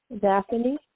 Daphne